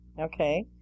Okay